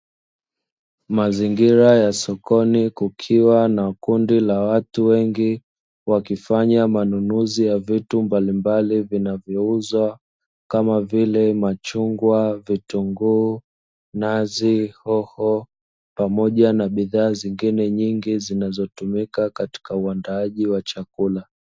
Mazingira ya sokoni kukiwa na kundi la watu wengi wakifanga manunuzi ya vitu mbalimbali vinavyouzwa kama vile machungwa, vitunguu, nazi, hoho pamoja na bidhaa nyingine nyingi zinazotumika katika uandaaji wa chakula.